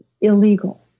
illegal